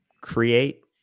create